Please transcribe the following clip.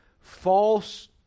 False